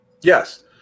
Yes